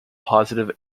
positive